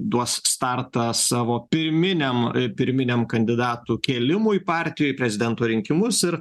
duos startą savo pirminiam pirminiam kandidatų kėlimui partijoj prezidento rinkimus ir